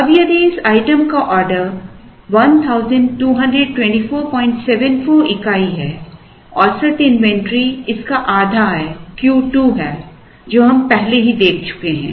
अब यदि इस आइटम का ऑर्डर 122474 इकाई है औसत इन्वेंट्री इस का आधा है Q2 है जो हम पहले ही देख चुके हैं